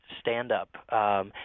stand-up